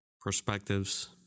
perspectives